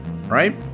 right